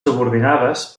subordinades